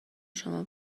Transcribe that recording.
شما